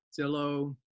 Zillow